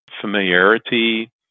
familiarity